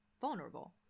vulnerable